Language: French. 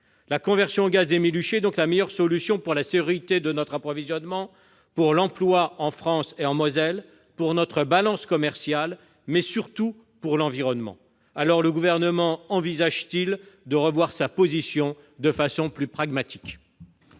La conversion au gaz d'Émile-Huchet est donc la meilleure solution pour la sécurité de notre approvisionnement, pour l'emploi en France et en Moselle, pour notre balance commerciale, mais surtout pour l'environnement. Le Gouvernement envisage-t-il de revoir sa position de façon plus pragmatique ?